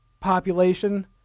population